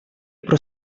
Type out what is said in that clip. про